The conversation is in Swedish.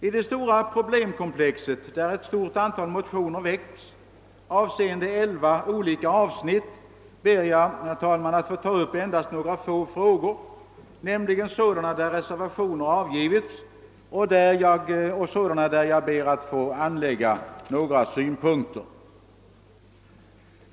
I det stora problemkomplexet, där ett stort antal motioner väckts, avseende elva olika avsnitt, ber jag, herr talman, att få ta upp endast några få frågor, nämligen sådana där reservationer avgivits och sådana där jag själv ber att få anlägga några synpunkter.